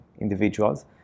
individuals